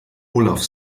olaf